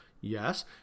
Yes